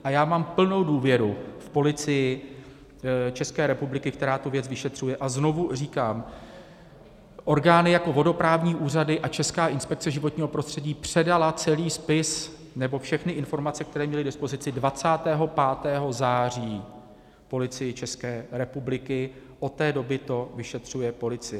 A já mám plnou důvěru v Policii České republiky, která tu věc vyšetřuje, a znovu říkám, orgány jako vodoprávní úřady a Česká inspekce životního prostředí předaly celý spis, nebo všechny informace, které měly k dispozici, 25. září Policii České republiky, od té doby to vyšetřuje policie.